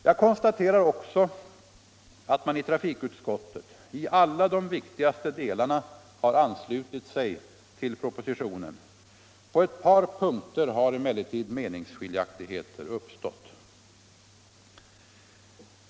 Jag konstaterar också att man i trafikutskottet i alla de viktigaste delarna har anslutit sig till propositionen. På ett par punkter har emellertid meningsskiljaktigheter uppstått.